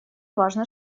важно